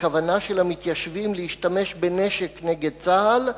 כוונה של המתיישבים להשתמש בנשק נגד צה"ל,